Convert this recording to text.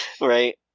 right